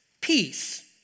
Peace